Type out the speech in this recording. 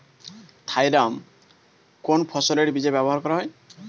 Thiram কোন ফসলের বীজে ব্যবহার করা হয়?